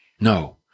no